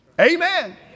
Amen